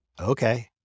Okay